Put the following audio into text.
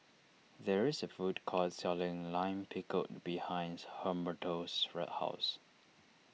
there is a food court selling Lime Pickle behind Humberto's house